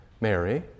Mary